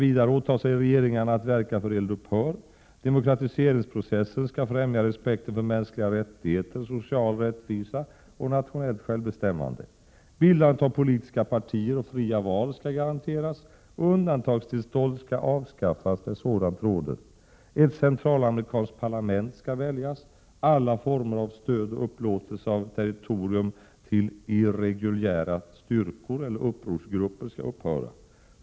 Vidare åtar sig regeringarna att verka för eld upphör. Demokratiseringsprocessen skall främja respekten för mänskliga rättigheter, social rättvisa och nationellt självbestämmande. Bildandet av politiska partier och fria val skall garanteras, och undantagstillstånd skall avskaffas där sådant råder. Ett centralamerikanskt parlament skall väljas. Alla former av stöd och upplåtelse av territorium till irreguljära styrkor eller upprorsgrupper skall upphöra.